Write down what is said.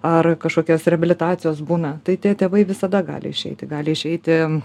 ar kažkokios reabilitacijos būna tai tie tėvai visada gali išeiti gali išeiti